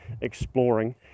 exploring